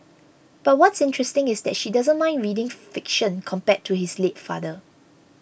but what's interesting is that she doesn't mind reading fiction compared to his late father